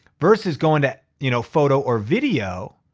versus going to you know photo or video,